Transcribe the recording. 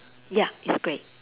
ya it's grey